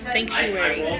Sanctuary